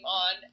on